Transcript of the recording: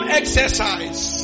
exercise